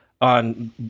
on